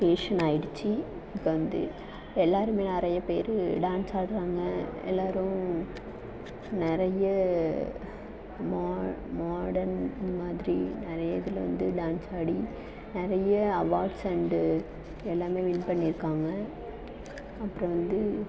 fashion ஆயிடுச்சி இப்போ வந்து எல்லாருமே நிறைய பேர் டான்ஸ் ஆடுகிறாங்க எல்லாரும் நிறைய மா மாடர்ன் இது மாதிரி நிறைய இதில் வந்து டான்ஸ் ஆடி நிறைய அவாட்ஸ் அண்ட் எல்லாமே வின் பண்ணியிருக்காங்க அப்புறம் வந்து